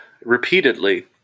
repeatedly